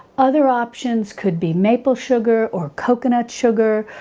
other options could be maple sugar or coconut sugar,